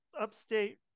upstate